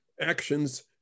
actions